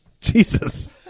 Jesus